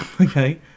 okay